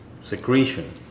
secretion